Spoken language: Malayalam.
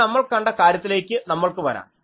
ഇനി നമ്മൾ കണ്ട കാര്യത്തിലേക്ക് നമ്മൾക്ക് വരാം